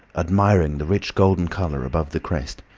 admiring the rich golden colour above the crest,